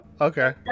Okay